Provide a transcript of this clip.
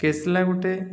କେସଲା ଗୋଟେ